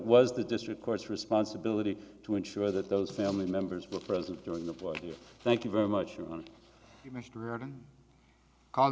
was the district court's responsibility to ensure that those family members were present during the thank you very much